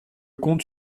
compte